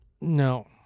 No